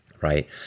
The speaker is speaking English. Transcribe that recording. right